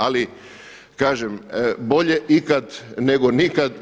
Ali kažem, bolje ikad nego nikad.